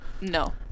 no